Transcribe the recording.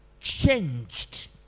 changed